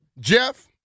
Jeff